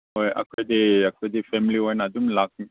ꯍꯣꯏ ꯑꯩꯈꯣꯏꯗꯤ ꯑꯩꯈꯣꯏꯗꯤ ꯐꯦꯃꯤꯂꯤ ꯑꯣꯏꯅ ꯑꯗꯨꯝ ꯂꯥꯛꯅꯤ